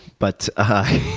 but i